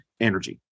energy